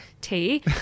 tea